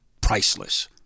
priceless